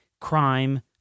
crime